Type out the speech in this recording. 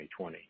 2020